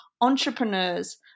entrepreneurs